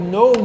no